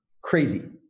crazy